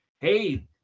hey